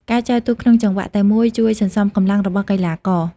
ការចែវទូកក្នុងចង្វាក់តែមួយជួយ សន្សំកម្លាំង របស់កីឡាករ។